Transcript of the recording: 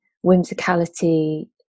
whimsicality